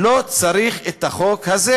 לא צריך את החוק הזה